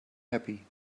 happy